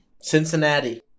Cincinnati